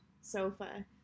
sofa